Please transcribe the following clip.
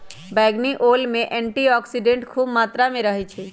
बइगनी ओल में एंटीऑक्सीडेंट्स ख़ुब मत्रा में रहै छइ